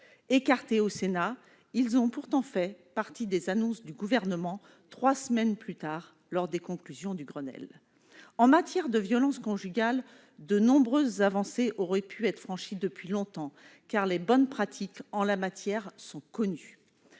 Écartés au Sénat, ils ont pourtant fait partie des annonces du Gouvernement, trois semaines plus tard, lors des conclusions du Grenelle ... En matière de violences conjugales, de nombreuses avancées auraient pu être atteintes depuis longtemps, car les bonnes pratiques en la matière sont connues.